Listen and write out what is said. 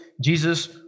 Jesus